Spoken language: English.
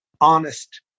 honest